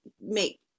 make